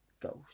ghost